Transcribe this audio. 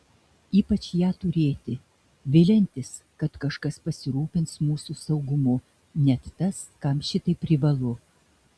ypač ją turėti viliantis kad kažkas pasirūpins mūsų saugumu net tas kam šitai privalu